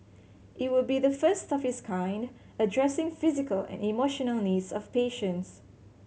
it would be the first of its kind addressing physical and emotional needs of patients